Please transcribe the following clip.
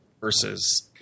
Versus